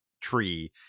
tree